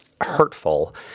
hurtful